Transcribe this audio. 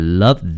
love